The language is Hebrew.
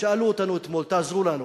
שאלו אותנו אתמול: תעזרו לנו.